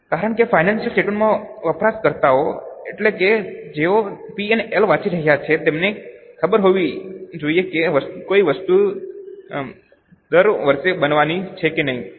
કારણ કે financial statement ના વપરાશકર્તાઓ એટલે કે જેઓ P અને L વાંચી રહ્યા છે તેમને ખબર હોવી જોઈએ કે કોઈ ચોક્કસ વસ્તુ દર વર્ષે બનવાની છે કે નહીં